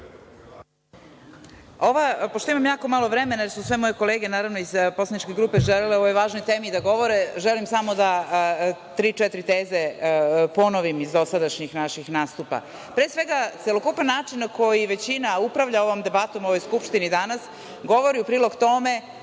Pošto imam jako malo vremena, jer su sve moje kolege iz poslaničke grupe želele o ovoj važnoj temi da govore, želim samo da tri, četiri teze ponovim iz dosadašnjih naših nastupa. Pre svega, celokupan način na koji većina upravlja ovom debatom u ovoj Skupštini danas govori u prilog tome